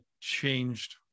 changed